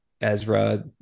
Ezra